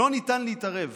שלא ניתן להתערב